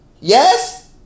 Yes